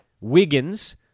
Wiggins